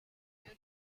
year